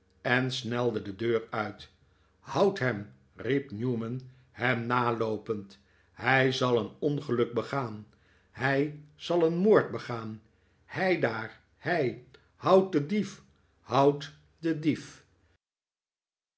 en snelde de deur uit houdt hem riep newman hem naloopend hij zal een ongeluk begaan hij zal een moord begaan heidaar hei houdt den dief houdt den dief